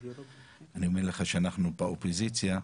אני אומר לך שאנחנו באופוזיציה,